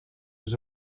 was